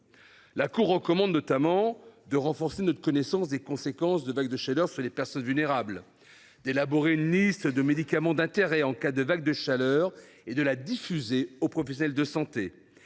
La Cour recommande notamment de renforcer notre connaissance des conséquences des vagues de chaleur sur les personnes vulnérables, d’élaborer une liste de médicaments d’intérêt en cas de vague de chaleur et de la diffuser aux professionnels de santé,